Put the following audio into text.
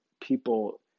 people